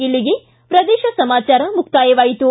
ಇಲ್ಲಿಗೆ ಪ್ರದೇಶ ಸಮಾಚಾರ ಮುಕ್ತಾಯವಾಯಿತು